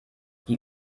die